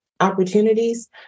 opportunities